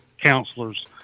counselors